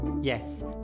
yes